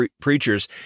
Preachers